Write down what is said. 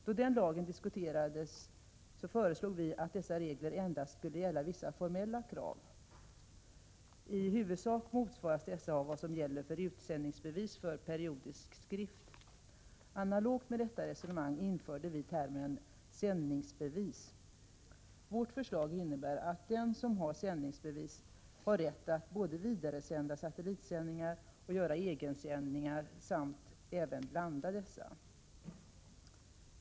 Då den lagen diskuterades föreslog vi att dessa regler endast skulle gälla vissa formella krav. I huvudsak motsvaras dessa av vad som gäller för utsändningsbevis för periodisk skrift. Analogt med detta resonemang införde vi termen sändningsbevis. Vårt förslag innebär att den som har sändningsbevis har rätt att både vidaresända satellitsändningar och göra egensändningar samt att även blanda dessa.